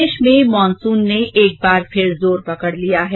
प्रदेश में मानसून ने एक बार फिर जोर पकड़ लिया है